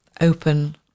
open